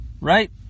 Right